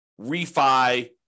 refi